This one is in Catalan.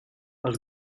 els